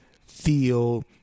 feel